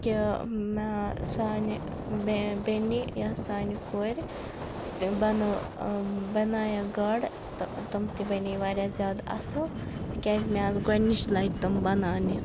کہِ سانہِ مےٚ بیٚنہِ یا سانہِ کورِ تہِ بَنٲو بَناین گاڈٕ تہٕ تِم تہِ بَنے واریاہ زِیادٕ اصل تِکیازِ مےٚ آسہٕ گۄڈنِچ لَٹہِ تِم بَناونہِ